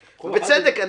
ובצדק.